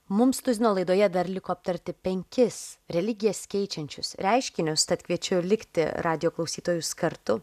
mums tuzino laidoje dar liko aptarti penkis religijas keičiančius reiškinius tad kviečiu likti radijo klausytojus kartu